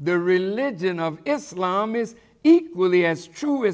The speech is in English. the religion of islam is equally as true